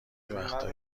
وقتا